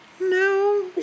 No